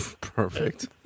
Perfect